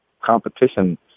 competition